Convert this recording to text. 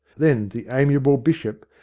then the amiable bishop,